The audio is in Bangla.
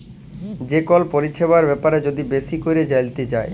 যে কল পরিছেবার ব্যাপারে যদি বেশি ক্যইরে জালতে চায়